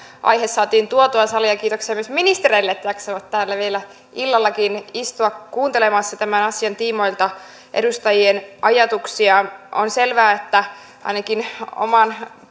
aihe saatiin tuotua saliin kiitoksia myös ministereille että jaksavat täällä vielä illallakin istua kuuntelemassa tämän asian tiimoilta edustajien ajatuksia on selvää että ainakin oman